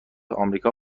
آمریکا